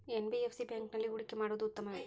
NBFC ಬ್ಯಾಂಕಿನಲ್ಲಿ ಹೂಡಿಕೆ ಮಾಡುವುದು ಉತ್ತಮವೆ?